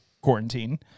quarantine